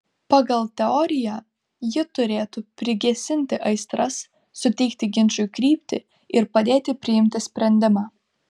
pagal teoriją ji turėtų prigesinti aistras suteikti ginčui kryptį ir padėti priimti sprendimą